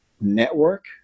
network